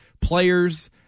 Players